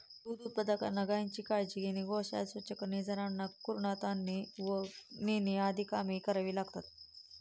दूध उत्पादकांना गायीची काळजी घेणे, गोशाळा स्वच्छ करणे, जनावरांना कुरणात आणणे व नेणे आदी कामे करावी लागतात